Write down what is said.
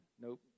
Nope